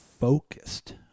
focused